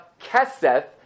Keseth